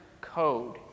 code